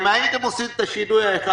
אם הייתם עושים את השינוי האחד,